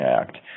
Act